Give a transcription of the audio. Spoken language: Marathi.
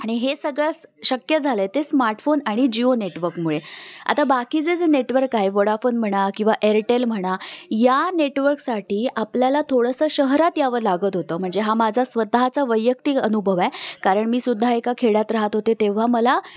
आणि हे सगळं शक्य झालं आहे ते स्मार्टफोन आणि जिओ नेटवर्कमुळे आता बाकीचे जे नेटवर्क आहे वडाफोन म्हणा किंवा एअरटेल म्हणा या नेटवर्कसाठी आपल्याला थोडंसं शहरात यावं लागत होतं म्हणजे हा माझा स्वतःचा वैयक्तिक अनुभव आहे कारण मी सुद्धा एका खेड्यात राहत होते तेव्हा मला